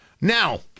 Now